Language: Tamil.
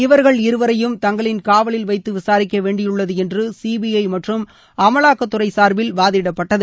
இவர்கள் இருவரையும் தங்களின் காவலில் வைத்து விசாரிக்க வேண்டியுள்ளது என்று சீபிஐ மற்றும் அமலாக்கத்துறை சார்பில் வாதிடப்பட்டது